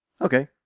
Okay